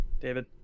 David